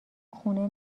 خونه